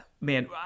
man